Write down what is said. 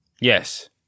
Yes